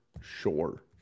sure